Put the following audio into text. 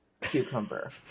cucumber